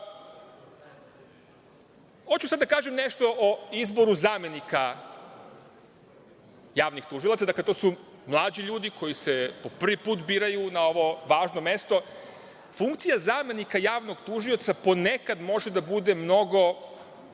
sad da kažem nešto o izboru zamenika javnih tužilaca. Dakle, to su mlađi ljudi koji se po prvi put biraju na ovo važno mesto. Funkcija zamenika javnog tužioca ponekad može da bude mnogo